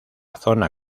zona